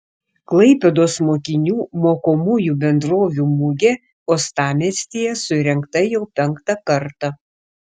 klaipėdos mokinių mokomųjų bendrovių mugė uostamiestyje surengta jau penktą kartą